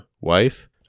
wife